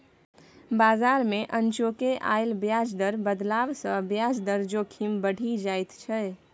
बजार मे अनचोके आयल ब्याज दर बदलाव सँ ब्याज दर जोखिम बढ़ि जाइत छै